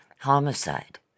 Homicide